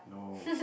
no